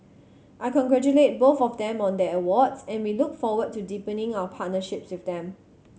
I congratulate both of them on their awards and we look forward to deepening our partnerships with them